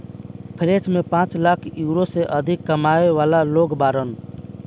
French में पांच lakh euro से अधिक कमाए वाला लोग बाड़न